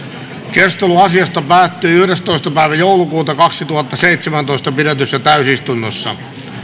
keskustelu asiasta päättyi yhdestoista kahdettatoista kaksituhattaseitsemäntoista pidetyssä täysistunnossa